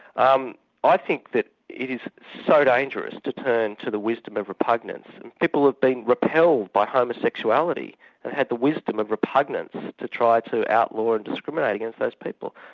um i think that it is so dangerous to turn to the wisdom of repugnance and people have been repelled by homosexuality and had the wisdom of repugnance to try to outlaw and discriminate against those people.